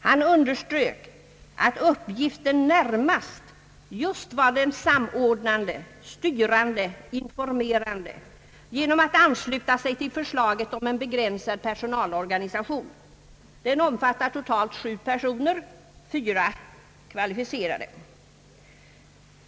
Han underströk att uppgiften närmast just var den samordnande, styrande och informerande genom att ansluta sig till förslaget om en begränsad personalorganisation. Den omfattar totalt sju personer, av vilka fyra är kvalificerade.